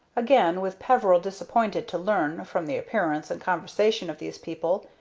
again was peveril disappointed to learn, from the appearance and conversation of these people,